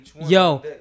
yo